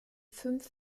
fünf